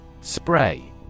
Spray